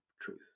truth